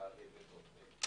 שלה בתוך זה.